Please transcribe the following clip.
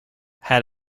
had